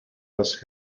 was